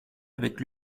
avec